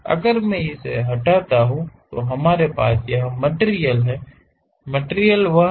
अगर मैं इसे हटाता हूं तो हमारे पास यह मटिरियल है मटिरियल वहां है